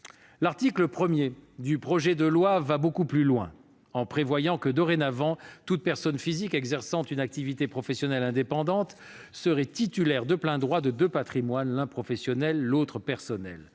L'article 1 du présent projet de loi va beaucoup plus loin, en prévoyant que, dorénavant, toute personne physique exerçant une activité professionnelle indépendante serait titulaire de plein droit de deux patrimoines, l'un professionnel, l'autre personnel.